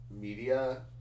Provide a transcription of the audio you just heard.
media